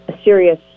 serious